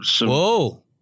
Whoa